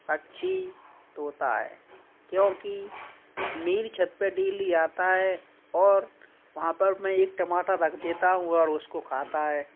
पक्षी तोता है क्योंकि मेरी छत पे डेली आता है और वहाँ पर मैं एक टमाटर रख देता हूँ और उसको खाता है